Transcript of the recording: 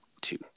two